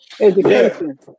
education